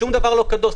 שום דבר לא קדוש.